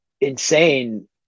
insane